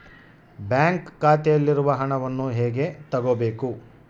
Bank ಖಾತೆಯಲ್ಲಿರುವ ಹಣವನ್ನು ಹೇಗೆ ತಗೋಬೇಕು?